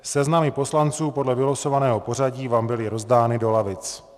Seznamy poslanců podle vylosovaného pořadí vám byly rozdány do lavic.